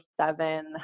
seven